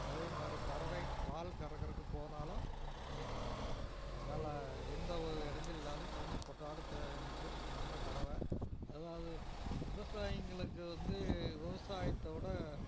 அதே மாதிரி கறவை பால் கறக்குறதுக்கு போனாலும் நல்லா எந்த ஒரு இடஞ்சல் இல்லாம கம்முனு பொட்டாட்டம் பே நிற்கும் நல்ல கறவை அதாவது விவசாயிகளுக்கு வந்து விவசாயத்தோடு